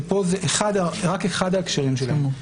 שפה זה רק אחד ההקשרים שלהם.